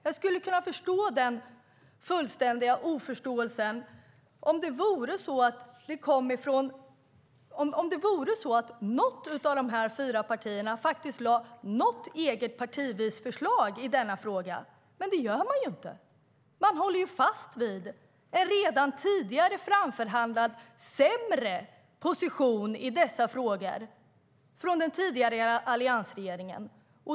Jag skulle kunna förstå den fullständiga oförståelsen om något av dessa fyra partier lade fram ett eget partiförslag i denna fråga. Men det gör de ju inte. De håller fast vid en redan av den tidigare alliansregeringen framförhandlad sämre position i dessa frågor.